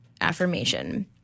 affirmation